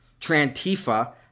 Trantifa